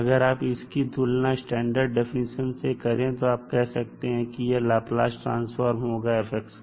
अगर आप इसकी तुलना स्टैंडर्ड डेफिनेशन से करें तो आप कह सकते हैं कि यह लाप्लास ट्रांसफार्म ही होगा f का